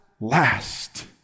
last